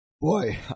boy